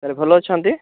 sir ଭଲ ଅଛନ୍ତି